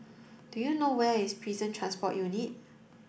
do you know where is Prison Transport Unit